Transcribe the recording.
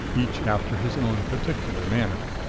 each after his own particular manner.